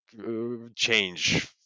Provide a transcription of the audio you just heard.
change